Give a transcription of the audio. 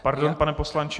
Pardon, pane poslanče.